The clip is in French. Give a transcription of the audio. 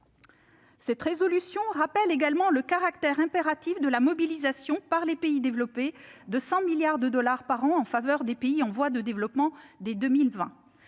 Cette résolution rappelle également le caractère impératif de la mobilisation par les pays développés de 100 milliards de dollars par an en faveur des pays en voie de développement, dès 2020.